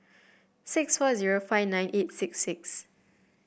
six four zero five nine eight six six